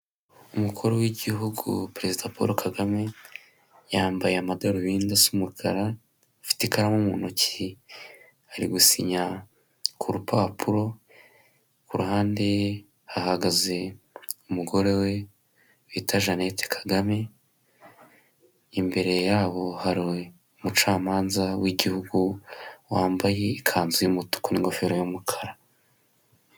Umukuru w'Igihugu perezida Kagame Paul, yambaye amadarubindi asa umukara, afite ikaramu mu ntoki, ari gusinya ku rupapuro, ku ruhande hahagaze umugore we bita Jeannette Kagame. Imbere yabo hari umucamanza w'Igihugu, wambaye ikanzu y'umutuku n'ingofero y'umukara.